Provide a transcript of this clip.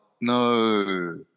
no